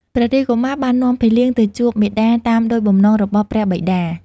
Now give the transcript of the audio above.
ព្រះរាជកុមារបាននាំភីលៀងទៅជួបមាតាតាមដូចបំណងរបស់ព្រះបិតា។